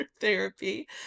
therapy